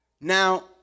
Now